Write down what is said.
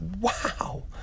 wow